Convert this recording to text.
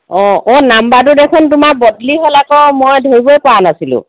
অঁ নাম্বাৰটো দেখোন তোমাৰ বদলি হ'ল আকৌ মই ধৰিবই পৰা নাছিলোঁ